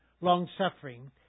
longsuffering